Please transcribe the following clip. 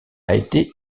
été